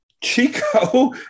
Chico